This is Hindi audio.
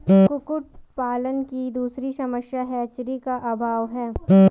कुक्कुट पालन की दूसरी समस्या हैचरी का अभाव है